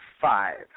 Five